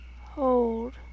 hold